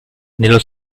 nello